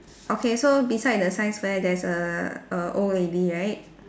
okay so beside the science fair there's a a old lady right